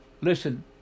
listen